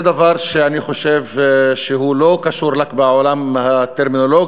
זה דבר שאני חושב שהוא לא קשור רק בעולם הטרמינולוגי,